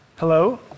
Hello